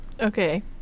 Okay